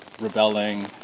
rebelling